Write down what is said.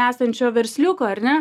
esančio versliuko ar ne